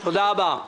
תודה רבה.